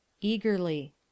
Eagerly